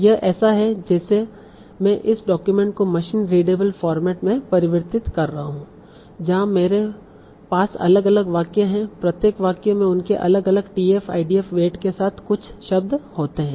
यह ऐसा है जैसे मैं इस डॉक्यूमेंट को मशीन रीडएबल फॉर्मेट में परिवर्तित कर रहा हूं जहां मेरे पास अलग अलग वाक्य हैं प्रत्येक वाक्य में उनके अलग अलग tf idf वेट के साथ कुछ शब्द होते हैं